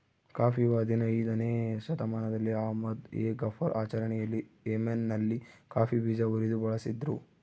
ಕಾಫಿಯು ಹದಿನಯ್ದನೇ ಶತಮಾನದಲ್ಲಿ ಅಹ್ಮದ್ ಎ ಗಫರ್ ಆಚರಣೆಯಲ್ಲಿ ಯೆಮೆನ್ನಲ್ಲಿ ಕಾಫಿ ಬೀಜ ಉರಿದು ಬಳಸಿದ್ರು